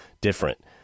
different